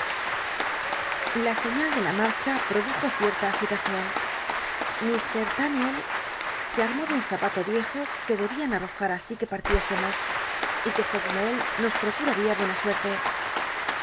la seiíal de la marcha produjo cierta agilacion ljr daniel se umó de un zapato r iejo que debian ll'lojnt así que partiésemos y que segun él nos procuratia buena